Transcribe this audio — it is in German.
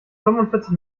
fünfundvierzig